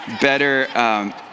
Better